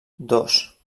dos